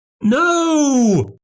No